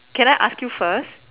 can I ask you first